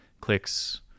clicks